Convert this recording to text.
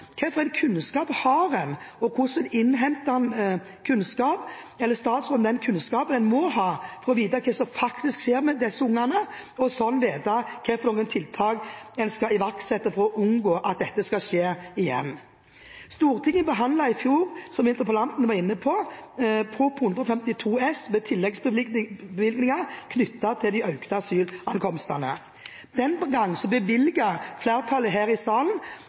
kunnskap har en, og hvordan innhenter statsråden den kunnskapen en må ha for å vite hva som skjer med disse ungene, og slik vite hvilke tiltak en skal iverksette for å unngå at dette skal skje igjen? Stortinget behandlet i fjor – som interpellanten var inne på – Prop. 152 S for 2015–2016 med tilleggsbevilgninger knyttet til de økte asylantankomstene. Den gang bevilget flertallet her i salen